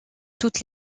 toutes